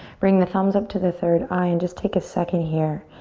bring the thumbs up to the third eye and just take a second here.